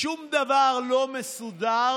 שום דבר לא מסודר,